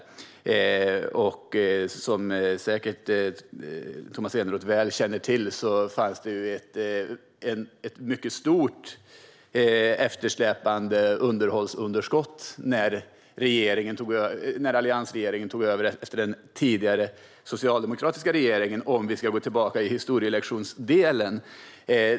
Som Tomas Eneroth säkert väl känner till fanns det ett mycket stort eftersläpande underhållsunderskott när alliansregeringen tog över efter den tidigare socialdemokratiska regeringen, om vi ska gå tillbaka i historielektionsdelen.